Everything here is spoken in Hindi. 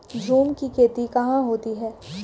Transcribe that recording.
झूम की खेती कहाँ होती है?